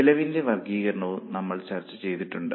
ചെലവിന്റെ വർഗ്ഗീകരണവും നമ്മൾ ചർച്ച ചെയ്തിട്ടുണ്ട്